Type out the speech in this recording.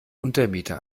untermiete